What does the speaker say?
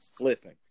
Listen